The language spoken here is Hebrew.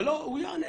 אבל הוא יענה.